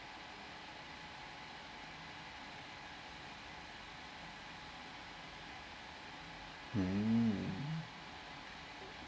um